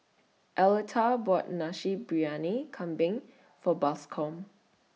Arletta bought Nasi Briyani Kambing For Bascom